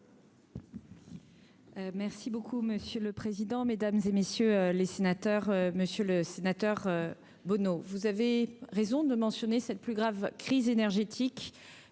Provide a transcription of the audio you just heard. Merci beaucoup monsieur le président, Mesdames et messieurs les sénateurs, Monsieur le Sénateur, Bono, vous avez raison de mentionner cette plus grave crise énergétique